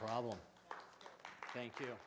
problem thank you